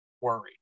worried